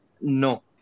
No